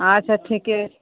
अच्छा ठीके छै